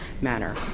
manner